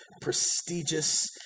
prestigious